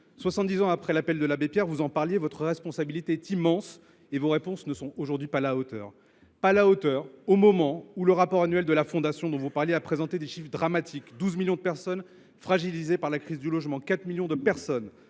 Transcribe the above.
dix ans après l’appel de l’abbé Pierre que vous évoquiez à l’instant, votre responsabilité est immense et vos réponses ne sont pas à la hauteur. Pas à la hauteur, au moment où le rapport annuel de la Fondation Abbé Pierre a présenté des chiffres dramatiques : 12 millions de personnes fragilisées par la crise du logement, 4 millions de personnes